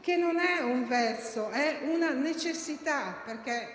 che non è un vezzo, ma una necessità.